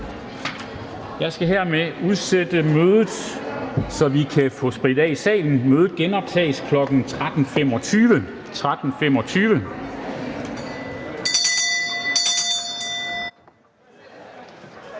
Jeg skal hermed udsætte mødet, så vi kan få sprittet af i salen. Mødet genoptages kl. 13.25.